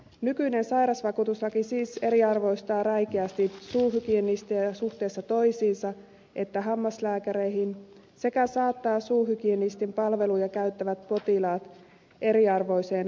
nykyinen sairausvakuutuslaki siis eriarvoistaa räikeästi suuhygienistejä suhteessa sekä toisiinsa että hammaslääkäreihin sekä saattaa suuhygienistin palveluja käyttävät potilaat eriarvoiseen asemaan